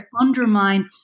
undermine